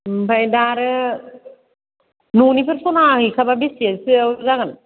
आमफ्राय दा आरो न'निफोर सना हैखाबा बेसेसोआव जागोन